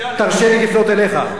סוציאלי אבל